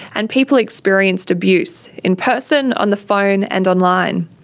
and people experienced abuse in person, on the phone, and online.